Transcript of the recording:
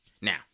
Now